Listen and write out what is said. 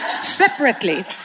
separately